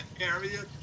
area